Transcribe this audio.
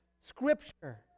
Scripture